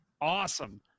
awesome